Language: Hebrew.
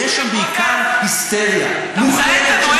ויש שם בעיקר היסטריה מוחלטת,